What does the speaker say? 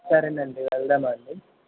సరేనండీ వెళదామా అండి